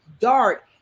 dark